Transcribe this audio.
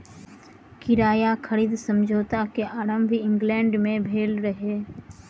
किराया खरीद समझौता के आरम्भ इंग्लैंड में भेल रहे